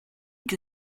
que